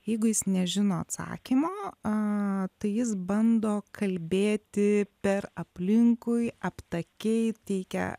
jeigu jis nežino atsakymo a tai jis bando kalbėti per aplinkui aptakiai teikia